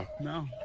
No